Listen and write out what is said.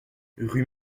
rue